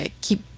keep